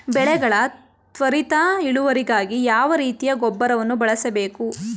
ಬೆಳೆಗಳ ತ್ವರಿತ ಇಳುವರಿಗಾಗಿ ಯಾವ ರೀತಿಯ ಗೊಬ್ಬರವನ್ನು ಬಳಸಬೇಕು?